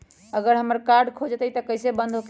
अगर हमर कार्ड खो जाई त इ कईसे बंद होकेला?